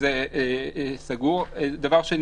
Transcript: ביחד עם עוד כמה מאבקים על כמה דברים חשובים שקשורים